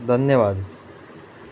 धन्यवाद